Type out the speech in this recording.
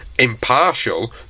impartial